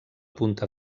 punta